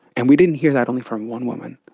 and we didn't hear that only from one woman,